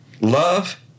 love